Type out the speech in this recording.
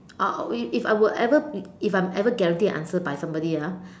uh if I were if I am guaranteed an answer by somebody ah